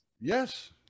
Yes